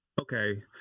okay